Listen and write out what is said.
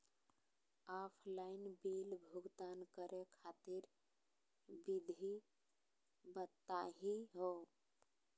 Offline bill भुगतान करे खातिर विधि बताही हो?